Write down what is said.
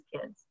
kids